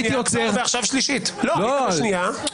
לא להשתמש במיקרופון.